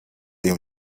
him